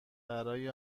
برای